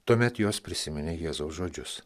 tuomet jos prisiminė jėzaus žodžius